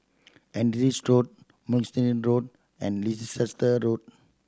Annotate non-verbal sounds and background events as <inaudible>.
<unintelligible> Road Mugliston Road and Leicester Road